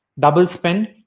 double spend,